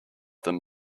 them